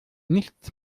nichts